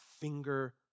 finger